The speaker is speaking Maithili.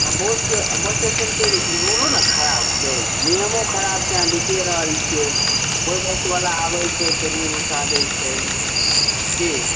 आ बस बस स्टैण्डके रो रोडो ने खराब छै नियमो खराब छै अहाँ देखिए रहल छियै कोइ बस बला आबै छै केनहुँ घुसा दै छै कि